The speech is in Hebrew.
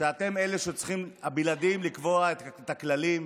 שאתם אלה הבלעדיים לקבוע את הכללים,